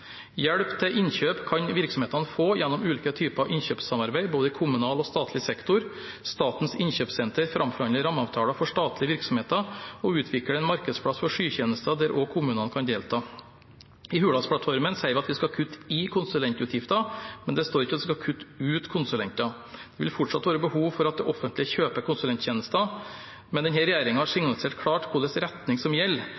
Hjelp til innkjøp kan virksomhetene få gjennom ulike typer innkjøpssamarbeid, i både kommunal og statlig sektor. Statens innkjøpssenter framforhandler rammeavtaler for statlige virksomheter og utvikler en markedsplass for skytjenester der også kommunene kan delta. I Hurdalsplattformen sier vi at vi skal kutte i konsulentutgifter, men det står ikke at vi skal kutte ut konsulenter. Det vil fortsatt være behov for at det offentlige kjøper konsulenttjenester, men denne regjeringen har